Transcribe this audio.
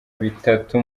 bitatu